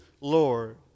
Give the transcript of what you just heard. Lord